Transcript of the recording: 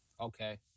Okay